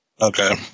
Okay